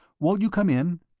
won't you come in?